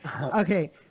Okay